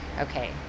okay